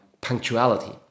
punctuality